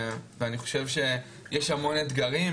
ואני חושב שיש המון אתגרים.